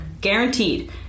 Guaranteed